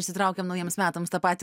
išsitraukiam naujiems metams tą patį